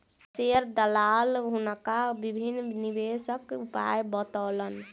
share दलाल हुनका विभिन्न निवेशक उपाय बतौलक